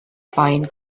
pine